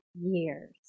years